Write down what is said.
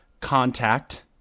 contact